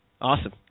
Awesome